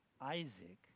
Isaac